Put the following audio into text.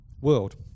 world